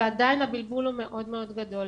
ועדיין הבלבול הוא מאוד מאוד גדול.